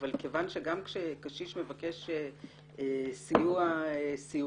אבל כיוון שגם כשקשיש מבקש סיוע סיעודי